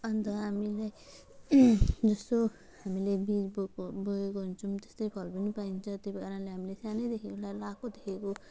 अन्त हामीले जस्तो हामीले बीज बोएको बोएको हुन्छौँ त्यस्तै फल पनि पाइन्छ त्यही कारणले हामीले सानैदेखिबाट लाएको देखेको